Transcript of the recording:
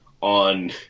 on